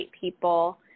people